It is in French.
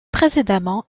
précédemment